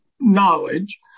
knowledge